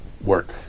work